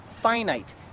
finite